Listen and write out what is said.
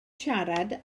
siarad